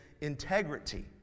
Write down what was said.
integrity